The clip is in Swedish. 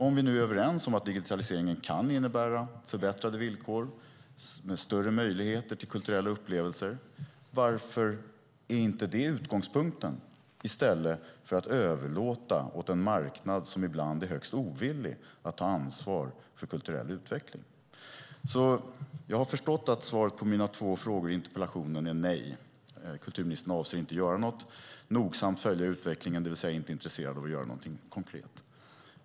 Om vi är överens om att digitaliseringen kan innebära förbättrade villkor och större möjligheter till kulturella upplevelser, varför är då inte det utgångspunkten i stället för att överlåta digitaliseringen åt en marknad som ibland är högst ovillig att ta ansvar för kulturell utveckling? Jag har förstått att svaret på mina två frågor i interpellationen är nej. Kulturministern avser inte att göra något och tänker nogsamt följa utvecklingen, det vill säga är inte intresserad av att göra något konkret.